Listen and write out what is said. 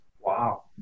Wow